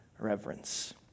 reverence